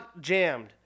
jammed